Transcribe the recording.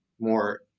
more